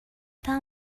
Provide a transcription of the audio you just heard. tell